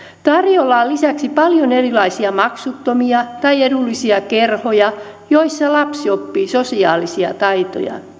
on lisäksi paljon erilaisia maksuttomia tai edullisia kerhoja joissa lapsi oppii sosiaalisia